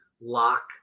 lock